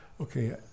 Okay